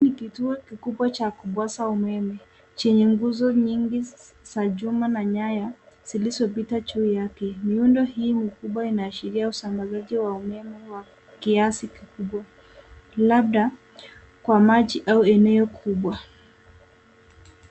Hiki ni kituo kikubwa cha kupoza umeme chenye nguzo nyingi za chuma na nyaya zilizopita juu yake. Miundo hii mikubwa inaashiria usambazaji wa umeme wa kiasi kikubwa , labda kwa maji au eneo kubwa.